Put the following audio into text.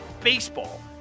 baseball